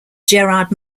gerard